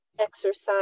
Exercise